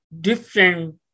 different